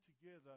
together